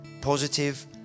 positive